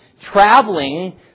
traveling